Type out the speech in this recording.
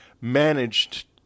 managed